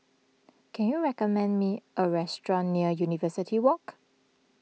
can you recommend me a restaurant near University Walk